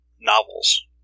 novels